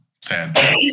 Sad